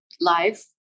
life